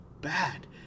bad